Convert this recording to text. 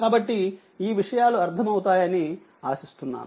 కాబట్టి ఈ విషయాలు అర్థమవుతాయని ఆశిస్తున్నాము